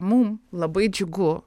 mum labai džiugu